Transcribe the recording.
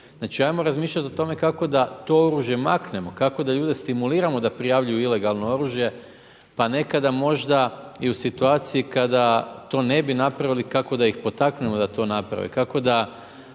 Znači ajmo razmišljati o tome kako da to oružje maknemo, kako da ljude stimuliramo da prijavljuju ilegalno oružje, pa nekada možda i u situaciju kada to ne bi napravili, kako da ih potaknemo da to napravimo. Kako da